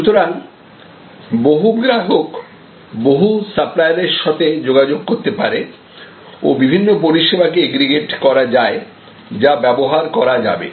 সুতরাং বহু গ্রাহক বহু সাপ্লিয়ারের সঙ্গে যোগাযোগ করতে পারে ও বিভিন্ন পরিষেবা কে এগ্রিগেটেড করা যায় যা ব্যবহার করা যাবে